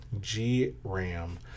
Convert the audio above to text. G-ram